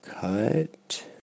cut